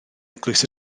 eglwys